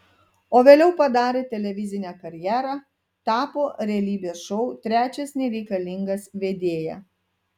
o vėliau padarė televizinę karjerą tapo realybės šou trečias nereikalingas vedėja